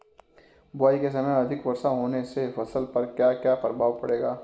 बुआई के समय अधिक वर्षा होने से फसल पर क्या क्या प्रभाव पड़ेगा?